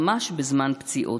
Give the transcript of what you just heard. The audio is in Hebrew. ממש בזמן פציעות.